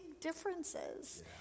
differences